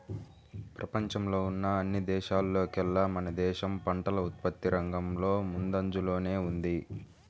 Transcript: పెపంచంలో ఉన్న అన్ని దేశాల్లోకేల్లా మన దేశం పంటల ఉత్పత్తి రంగంలో ముందంజలోనే ఉంది